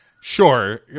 sure